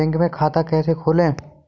Bank में खाता कैसे खोलें?